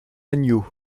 agneau